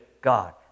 God